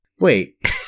wait